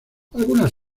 algunas